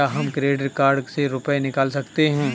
क्या हम credit card से रुपये निकाल सकते हैं?